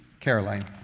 caroline.